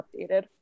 updated